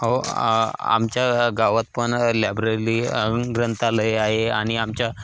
हो आमच्या गावात पण लॅब्रली ग्रंथालय आ आहे आणि आमच्या